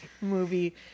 movie